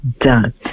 done